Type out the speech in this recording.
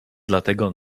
dlatego